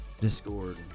Discord